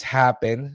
happen